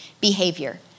behavior